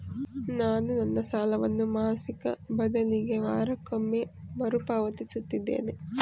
ನಾನು ನನ್ನ ಸಾಲವನ್ನು ಮಾಸಿಕ ಬದಲಿಗೆ ವಾರಕ್ಕೊಮ್ಮೆ ಮರುಪಾವತಿಸುತ್ತಿದ್ದೇನೆ